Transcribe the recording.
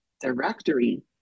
directory